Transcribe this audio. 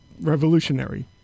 revolutionary